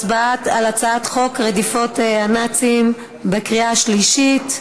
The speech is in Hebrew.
הצבעה על הצעת חוק רדיפות הנאצים (תיקון מס' 22) בקריאה שלישית.